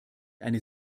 eine